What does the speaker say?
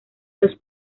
los